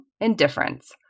indifference